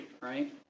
right